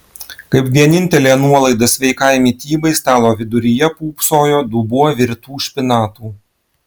kaip vienintelė nuolaida sveikai mitybai stalo viduryje pūpsojo dubuo virtų špinatų